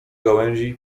gałęzi